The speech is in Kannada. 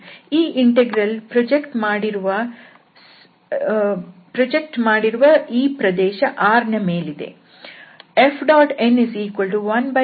ಈ ಇಂಟೆಗ್ರಲ್ ಪ್ರೊಜೆಕ್ಟ್ ಮಾಡಿರುವ ಈ ಪ್ರದೇಶ R ನ ಮೇಲಿದೆ